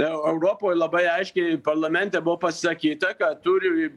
europoj labai aiškiai parlamente buvo pasisakyta kad turi